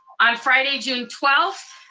on friday, june twelfth,